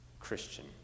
Christian